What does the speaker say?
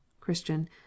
christian